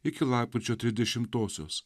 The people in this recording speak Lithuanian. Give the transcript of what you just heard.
iki lapkričio trisdešimtosios